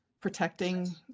protecting